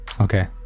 okay